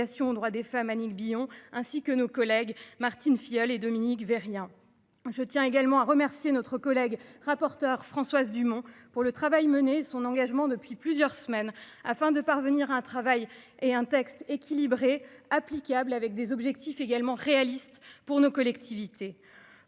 aux droits des femmes. Annick Billon ainsi que nos collègues Martine Filleul et Dominique Vérien. Je tiens également à remercier notre collègue rapporteur Françoise Dumont pour le travail mené son engagement depuis plusieurs semaines afin de parvenir à un travail et un texte équilibré applicable avec des objectifs également réaliste pour nos collectivités